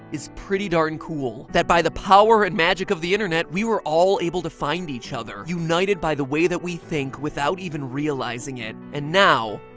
is pretty darn cool that by the power and magic of the internet, we were all able to find each other united by the way that we think without even realizing it and now,